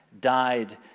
died